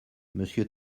monsieur